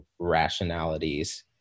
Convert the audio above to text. rationalities